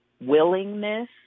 willingness